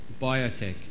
Biotech